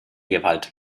gewalt